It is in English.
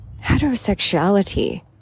heterosexuality